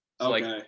okay